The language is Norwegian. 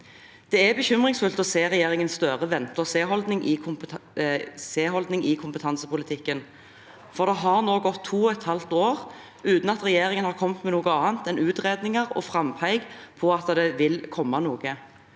Det er bekymringsfullt å se regjeringen Støres vente-og-se-holdning i kompetansepolitikken. Det har nå gått to og et halvt år uten at regjeringen har kommet med noe annet enn utredninger og frampek om at det vil komme noe.